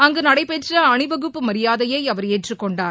அங்கு நடைபெற்ற அணிவகுப்பு மரியாதையை அவர் ஏற்றுக் கொண்டார்